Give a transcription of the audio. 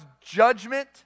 judgment